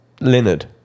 Leonard